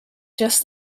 just